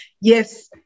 yes